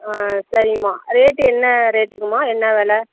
ஆ சரிங்கம்மா ரேட்டு என்ன ரேட்டுங்கம்மா என்ன வெலை